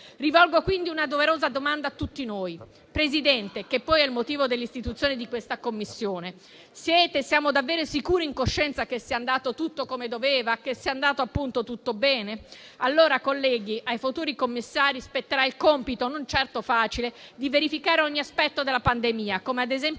Rivolgo quindi una doverosa domanda a tutti noi, Presidente, che poi è il motivo dell'istituzione di questa Commissione: siete e siamo davvero sicuri, in coscienza, che sia andato tutto come doveva andare, che sia andato, appunto, tutto bene? Allora, colleghi, ai futuri commissari spetterà il compito non certo facile di verificare ogni aspetto della pandemia, come i motivi